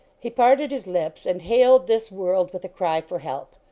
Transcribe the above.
he parted his lips and hailed this world with a cry for help.